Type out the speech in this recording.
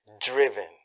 driven